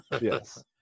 Yes